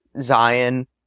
Zion